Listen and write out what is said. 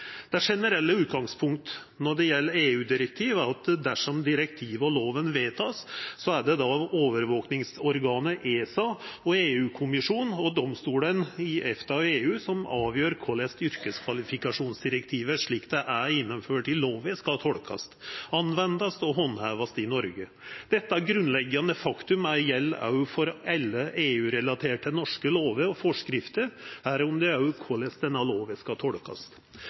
Det generelle utgangspunktet når det gjeld EU-direktiv, er at dersom direktivet og lova vert vedtekne, er det overvåkingsorganet ESA, EU-kommisjonen og domstolane i EFTA og EU som avgjer korleis yrkeskvalifikasjonsdirektivet, slik det er gjennomført i lova, skal tolkast, anvendast og handhevast i Noreg. Dette grunnleggjande faktum gjeld òg for alle EU-relaterte norske lover og forskrifter, medrekna òg korleis denne lova skal tolkast.